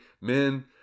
Men